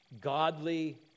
godly